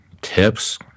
tips